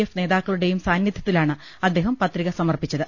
F നേതാക്കളുടെയും സാന്നി ധൃത്തിലാണ് അദ്ദേഹം പത്രിക സമർപ്പിച്ചത്